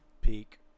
peak